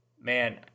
man